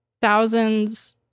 thousands